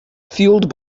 fueled